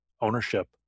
ownership